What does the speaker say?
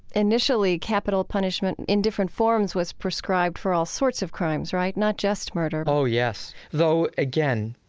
initially, capital punishment in different forms was prescribed for all sorts of crimes, right? not just murder oh, yes. though again,